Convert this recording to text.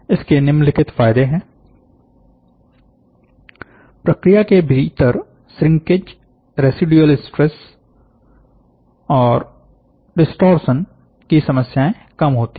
इसके निम्नलिखित फायदे हैं प्रक्रिया के भीतर श्रिंकेज रेसिड्युअल स्ट्रेस और डिस्टॉर्शन की समस्याएं कम होती हैं